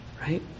right